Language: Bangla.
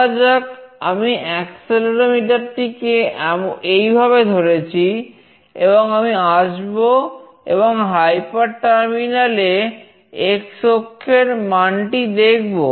ধরা যাক আমি অ্যাক্সেলেরোমিটার এ x অক্ষের মান টি দেখব